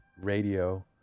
Radio